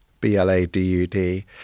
B-L-A-D-U-D